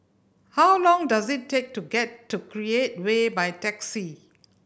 how long does it take to get to Create Way by taxi